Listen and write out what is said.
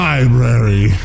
Library